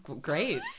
great